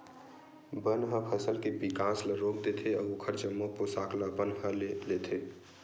बन ह फसल के बिकास ल रोक देथे अउ ओखर जम्मो पोसक ल अपन ह ले लेथे